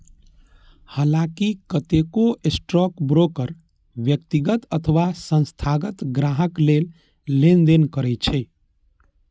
हलांकि कतेको स्टॉकब्रोकर व्यक्तिगत अथवा संस्थागत ग्राहक लेल लेनदेन करै छै